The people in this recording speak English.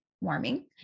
warming